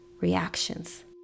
reactions